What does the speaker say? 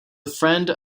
friend